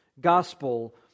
gospel